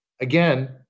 Again